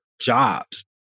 jobs